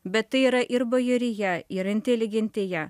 bet tai yra ir bajorija ir inteligentija